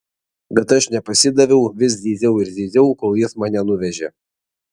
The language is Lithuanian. bet aš nepasidaviau vis zyziau ir zyziau kol jis mane nuvežė